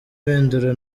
mpindura